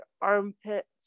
armpits